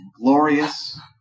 glorious